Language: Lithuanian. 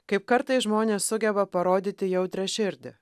kaip kartais žmonės sugeba parodyti jautrią širdį